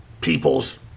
people's